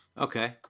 Okay